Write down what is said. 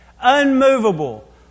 unmovable